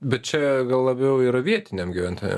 bet čia gal labiau yra vietiniams gyventojam